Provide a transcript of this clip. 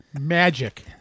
Magic